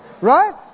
Right